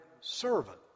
servant